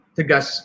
Tegas